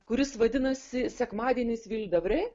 kuris vadinasi skemadienis vil de vre